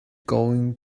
going